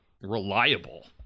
reliable